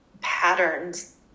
patterns